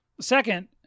Second